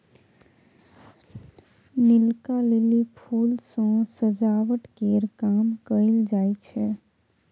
नीलका lily फुल सँ सजावट केर काम कएल जाई छै